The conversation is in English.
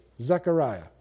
Zechariah